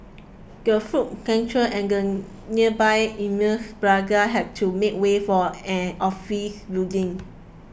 the food centre and the nearby Eminent Plaza had to make way for an office building